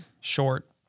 short